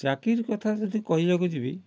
ଚାକିରି କଥା ଯଦି କହିବାକୁ ଯିବି